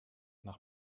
nach